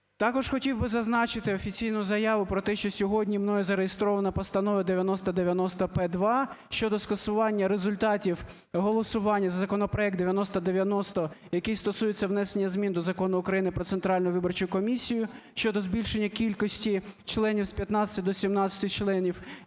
Також хотів би зазначити офіційну заяву про те, що сьогодні мною зареєстрована Постанова 9090-П2 щодо скасування результатів голосування за законопроект 9090, який стосується внесення змін до Закону України "Про Центральну виборчу комісію" щодо збільшення кількості членів з 15 до 17 членів.